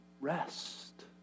rest